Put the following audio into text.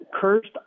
cursed